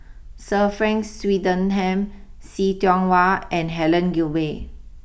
Sir Frank Swettenham see Tiong Wah and Helen Gilbey